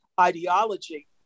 ideology